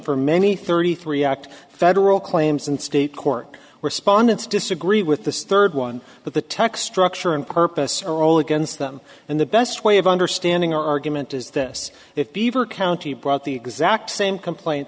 for many thirty three act federal claims and state court respondents disagree with the third one but the text structure and purpose are all against them and the best way of understanding our argument is this if beaver county brought the exact same complaint